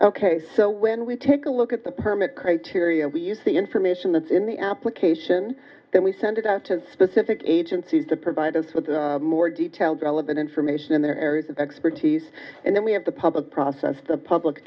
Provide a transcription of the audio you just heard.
ok so when we take a look at the permit criteria we use the information that's in the application then we send it out to specific agencies to provide us with more details relevant information in their areas of expertise and then we have the public process the public